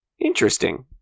interesting